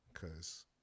cause